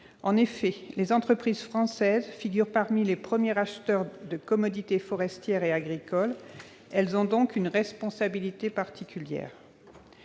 En effet, les entreprises françaises figurent parmi les premiers acheteurs de commodités forestières et agricoles ; elles ont par conséquent une responsabilité particulière.